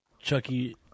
Chucky